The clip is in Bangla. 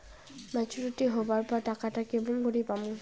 মেচুরিটি হবার পর টাকাটা কেমন করি পামু?